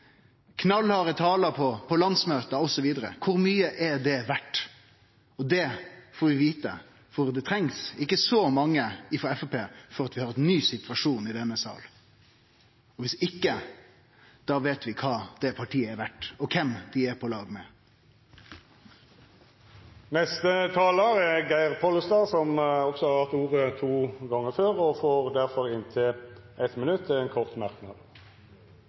knallharde taler på landsmøta osv. Kor mykje er det verdt? Det får vi vite, for det trengst ikkje så mange frå Framstegspartiet for å få ein ny situasjon i denne salen. Om ikkje veit vi kva det partiet er verdt, og kven dei er på lag med. Representanten Geir Pollestad har hatt ordet to gonger tidlegare og får ordet til ein kort merknad,